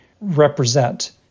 represent